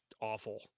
Awful